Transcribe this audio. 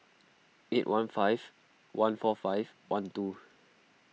eight one five one four five one two